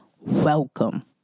welcome